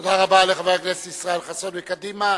תודה לך, חבר הכנסת ישראל חסון מקדימה.